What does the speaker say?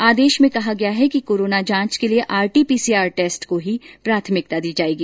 आदेश में कहा गया है कि कोरोना जांच के लिए आरटीपीसीआर टेस्ट को ही प्राथमिकता दी जाएगी